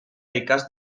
ikas